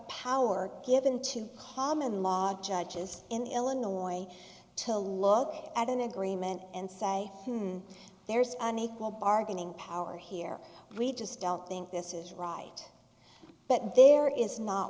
power given to common law judges in the illinois to look at an agreement and say there's an equal bargaining power here we just don't think this is right but there is not